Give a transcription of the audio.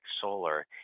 solar